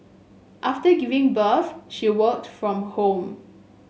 after giving birth she worked from home